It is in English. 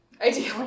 ideally